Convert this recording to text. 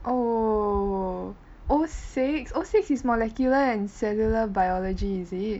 oh o six o six is molecular and cellular biology is it